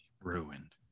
ruined